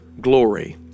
glory